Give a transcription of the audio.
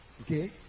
Okay